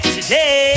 Today